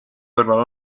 kõrval